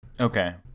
Okay